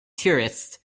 tourists